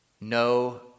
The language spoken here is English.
No